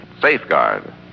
Safeguard